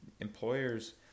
employers